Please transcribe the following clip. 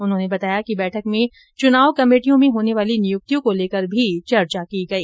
उन्होंने बताया कि बैठक में चुनाव कमेटियों में होने वाली नियुक्तियों को लेकर भी चर्चा की गई